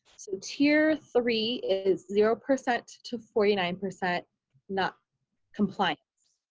so tier three is zero percent to forty nine percent not compliant.